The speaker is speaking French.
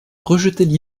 rejetaient